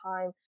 time